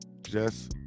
Jess